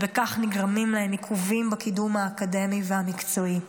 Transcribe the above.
ובכך נגרמים להם עיכובים בקידום האקדמי והמקצועי.